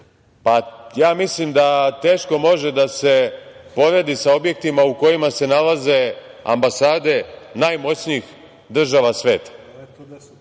pa ja mislim da teško može da se poredi sa objektima u kojima se nalaze ambasade najmoćnijih država sveta.